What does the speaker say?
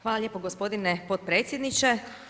Hvala lijepo gospodine potpredsjedniče.